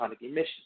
emissions